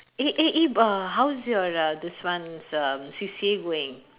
eh eh eh bu~ how's your uh this one's um C_C_A going